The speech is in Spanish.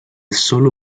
sólo